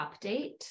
update